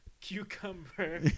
cucumber